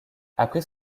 après